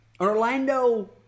Orlando